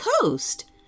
Coast